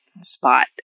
spot